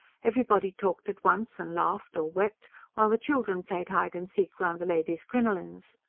everybody talked at once and laughed or wept while the children played hide-and-seek round the ladies' crinolines.